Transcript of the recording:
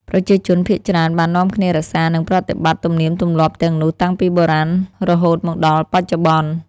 ប្រជាជនភាគច្រើនបាននាំគ្នារក្សា និងប្រតិបត្តិទំនៀមទម្លាប់ទាំងនោះតាំងពីបុរាណរហូតមកដល់បច្ចុប្បន្ន។